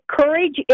courage